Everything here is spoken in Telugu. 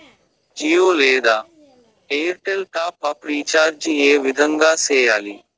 జియో లేదా ఎయిర్టెల్ టాప్ అప్ రీచార్జి ఏ విధంగా సేయాలి